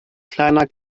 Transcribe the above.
kleiner